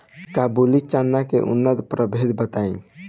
काबुली चना के उन्नत प्रभेद बताई?